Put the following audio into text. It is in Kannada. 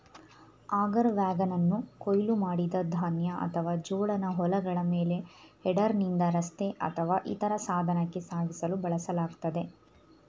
ಆಗರ್ ವ್ಯಾಗನನ್ನು ಕೊಯ್ಲು ಮಾಡಿದ ಧಾನ್ಯ ಅಥವಾ ಜೋಳನ ಹೊಲಗಳ ಮೇಲೆ ಹೆಡರ್ನಿಂದ ರಸ್ತೆ ಅಥವಾ ಇತರ ಸಾಧನಕ್ಕೆ ಸಾಗಿಸಲು ಬಳಸಲಾಗ್ತದೆ